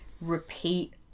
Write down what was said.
repeat